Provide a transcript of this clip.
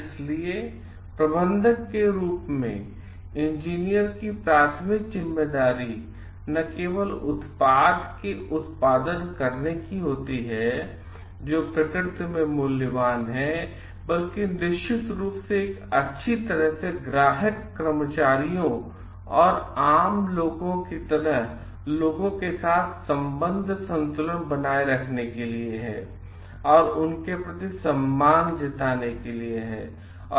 इसलिए एक प्रबंधक के रूप में इंजीनियर की प्राथमिक जिम्मेदारी न केवल उत्पाद के उत्पादन करने की होती है जो प्रकृति में मूल्यवान है बल्कि निश्चित रूप से एक अच्छी तरह से ग्राहक कर्मचारियों और आम लोगों की तरह लोगों के साथ संबंध संतुलन बनाए रखने के लिए है और उनके प्रति सम्मान जताने के लिए भी है